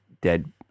dead